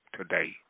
today